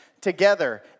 together